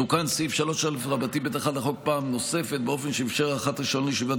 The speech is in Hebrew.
תוקן סעיף 3א(ב1) לחוק פעם נוספת באופן שאפשר הארכת רישיון לישיבת